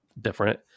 different